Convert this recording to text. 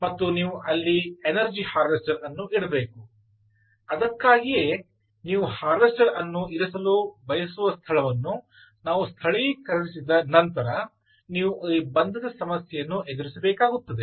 ಮತ್ತು ನೀವು ಅಲ್ಲಿ ಎನರ್ಜಿ ಹಾರ್ವೆಸ್ಟರ್ ಅನ್ನು ಇಡಬೇಕು ಅದಕ್ಕಾಗಿಯೇ ನೀವು ಹಾರ್ವೆಸ್ಟರ್ ಅನ್ನು ಇರಿಸಲು ಬಯಸುವ ಸ್ಥಳವನ್ನು ನಾವು ಸ್ಥಳೀಕರಿಸಿದ ನಂತರ ನೀವು ಈ ಬಂಧದ ಸಮಸ್ಯೆಯನ್ನು ಎದುರಿಸಬೇಕಾಗುತ್ತದೆ